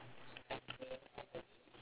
ya and then the other part is